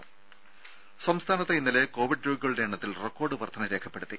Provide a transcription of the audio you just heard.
ദ്ദേ സംസ്ഥാനത്ത് ഇന്നലെ കോവിഡ് രോഗികളുടെ എണ്ണത്തിൽ റെക്കോർഡ് വർദ്ധന രേഖപ്പെടുത്തി